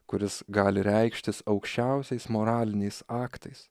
kuris gali reikštis aukščiausiais moraliniais aktais